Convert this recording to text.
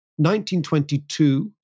1922